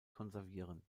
konservieren